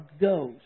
goes